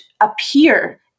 appear